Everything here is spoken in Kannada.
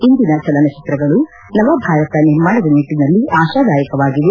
ಇವತ್ತಿನ ಚಲನಚಿತ್ರಗಳು ನವಭಾರತ ನಿರ್ಮಾಣದ ನಿಟ್ಟನಲ್ಲಿ ಆತಾದಾಯಕವಾಗಿವೆ